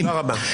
תודה רבה.